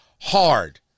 hard